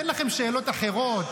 אין לכם שאלות אחרות,